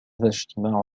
اجتماع